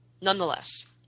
nonetheless